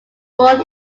born